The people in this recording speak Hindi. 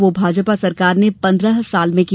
वो भाजपा सरकार ने पंद्रह साल में किया